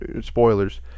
spoilers